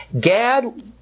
Gad